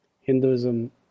Hinduism